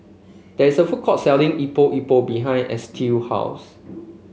there is a food court selling Epok Epok behind Estill house